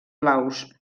blaus